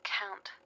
count